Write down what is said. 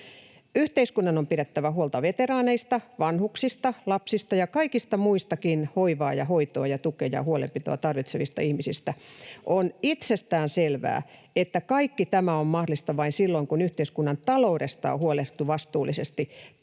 Yhteiskunnan on pidettävä huolta veteraaneista, vanhuksista, lapsista ja kaikista muistakin hoivaa ja hoitoa ja tukea ja huolenpitoa tarvitsevista ihmisistä. [Kimmo Kiljunen: Kyllä!] On itsestäänselvää, että kaikki tämä on mahdollista vain silloin, kun yhteiskunnan taloudesta on huolehdittu vastuullisesti.